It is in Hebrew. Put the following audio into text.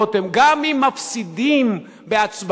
רותם: גם אם מפסידים בהצבעה,